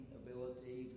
ability